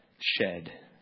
shed